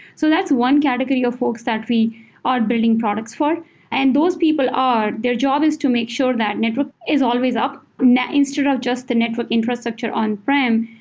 so that's one category of folks that we are building products for and those people are their job is to make sure that network is always up sort of just the network infrastructure on-prem.